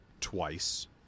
twice